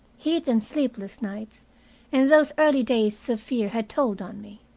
heat and sleepless nights and those early days of fear had told on me.